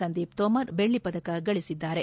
ಸಂದೀಪ್ ತೋಮರ್ ಬೆಳ್ಳಿ ಪದಕ ಗಳಿಸಿದ್ದಾರೆ